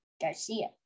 Garcia